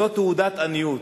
זאת תעודת עניות.